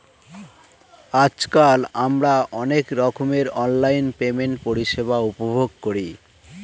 আজকাল আমরা অনেক রকমের অনলাইন পেমেন্ট পরিষেবা উপভোগ করি